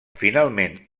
finalment